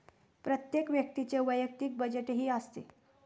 प्रत्येक व्यक्तीचे वैयक्तिक बजेटही असते